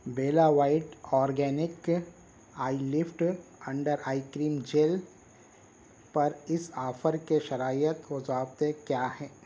بیلا white organic eye lift under eye cream gel پر اِس offer کے شرائط و ضوابطے کیا ہیں